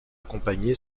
accompagné